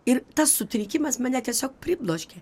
ir tas sutrikimas mane tiesiog pribloškė